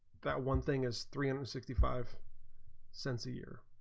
that one thing is three and sixty five cents a year